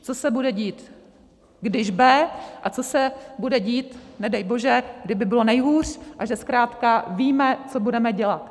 co se bude dít, když B, a co se bude dít, nedej bože, kdyby bylo nejhůř, a že zkrátka víme, co budeme dělat.